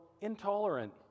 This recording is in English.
intolerant